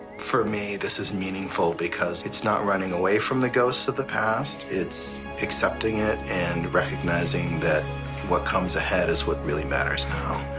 for me, this is meaningful because it's not running away from the ghosts of the past. it's accepting it and recognizing that what comes ahead is what really matters